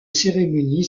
cérémonie